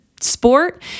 sport